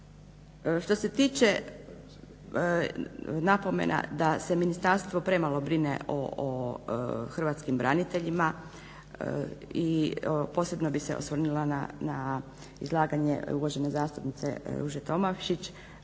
Što se tiče napomena da se ministarstvo premalo brine o hrvatskim braniteljima posebno bih se osvrnula na izlaganje uvažene zastupnice Ruže Tomašić